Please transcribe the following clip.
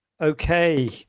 okay